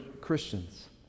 Christians